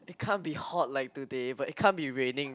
it can't be hot like today but it can't be raining